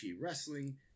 Wrestling